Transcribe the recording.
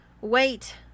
wait